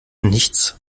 nichts